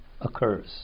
occurs